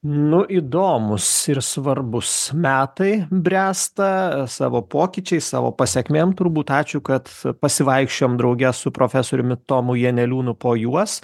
nu įdomūs ir svarbūs metai bręsta savo pokyčiais savo pasekmėm turbūt ačiū kad pasivaikščiojom drauge su profesoriumi tomu janeliūnu po juos